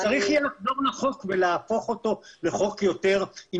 צריך יהיה לחזור לחוק ולהפוך אותו לחוק עם